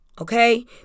Okay